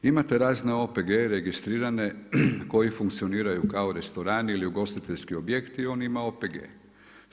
Imate razne OPG-e registrirane koji funkcioniraju kao restorani ili ugostiteljski objekti i on ima OPG-e.